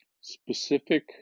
specific